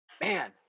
Man